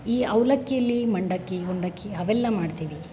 ಈ ಅವಲಕ್ಕಿಯಲ್ಲಿ ಮಂಡಕ್ಕಿ ಮುಂಡಕ್ಕಿ ಅವೆಲ್ಲ ಮಾಡ್ತೀವಿ